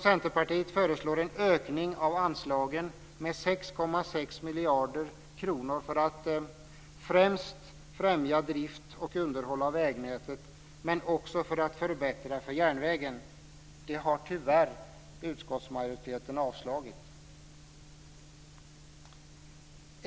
Centerpartiet föreslår en ökning av anslaget med 6,6 miljarder kronor för att främst främja drift och underhåll av vägnätet men också för att förbättra för järnvägen. Det har tyvärr utskottsmajoriteten avstyrkt.